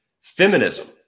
feminism